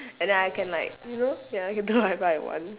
and then I can like you know ya I can buy whatever I want